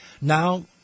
Now